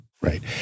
Right